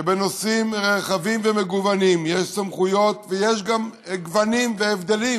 שבנושאים רחבים ומגוונים יש סמכויות ויש גם גוונים והבדלים